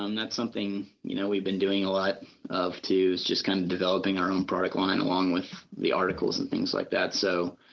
um that's something you know we have been doing a lot of too, just kind of developing our own product line along with the articles and things like that. so,